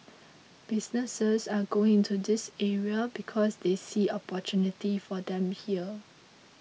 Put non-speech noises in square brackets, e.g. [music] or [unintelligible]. businesses are going into this area because they see [unintelligible] for them here